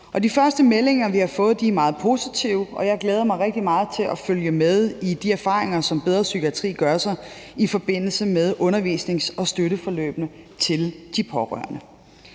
De første meldinger, vi har fået, er meget positive, og jeg glæder mig rigtig meget til at følge med i de erfaringer, som Bedre Psykiatri gør sig i forbindelse med undervisnings- og støtteforløbene til de pårørende.